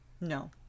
no